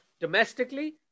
domestically